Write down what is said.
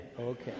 okay